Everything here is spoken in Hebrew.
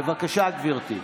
בבקשה, גברתי.